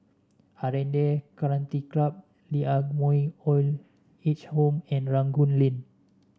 Aranda Country Club Lee Ah Mooi Old Age Home and Rangoon Lane